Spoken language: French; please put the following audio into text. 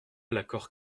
l’accord